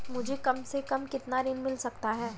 मुझे कम से कम कितना ऋण मिल सकता है?